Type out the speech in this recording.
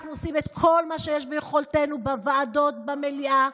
אנחנו עושים את כל מה שביכולתנו בוועדות, במליאה.